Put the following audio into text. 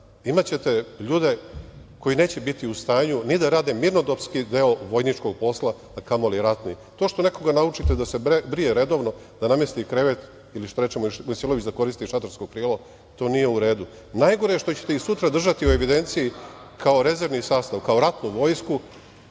imaćete ljude koji neće biti u stanju ni da radi mirnodopski deo vojničkog posla, a kamoli ratni. To što nekoga naučite da se brije redovno, da namesti krevet ili, što reče Mojsilović, da koristi šatorsko krilo, to nije u redu. Najgore je što ćete ih sutra držati u evidenciji kao rezervni sastav, kao ratnu vojsku